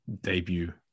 debut